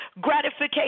gratification